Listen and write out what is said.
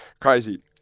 crazy